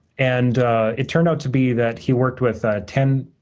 and it turned out to be that he worked with ten